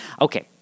Okay